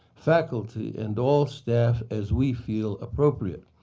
faculty, and all staff as we feel appropriate.